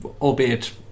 albeit